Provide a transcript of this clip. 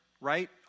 right